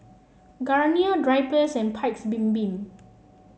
Garnier Drypers and Paik's Bibim